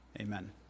amen